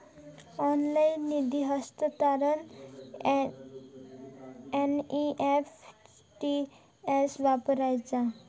Online निधी हस्तांतरणाक NEFT कसा वापरायचा?